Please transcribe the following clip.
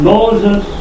Moses